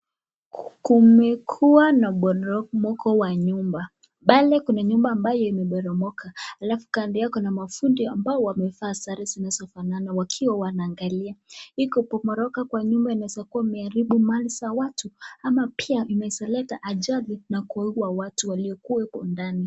Kumekuwa na mporomoko wa nyumba .Pale kuna nyumba ambayo imeporomoka. Halafu kando yao kuna mafundi ambao wamevaa sare zinazofanana wakiwa wanaangalia hii kuporomoka kwa nyumba inaeza kuwa imeharibu mali za watu ama pia imeezaleta ajali na kuwaua watu waliokuweko ndani.